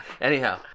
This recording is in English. Anyhow